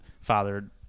fathered